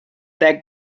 that